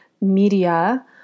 media